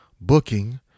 booking